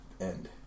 End